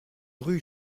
rue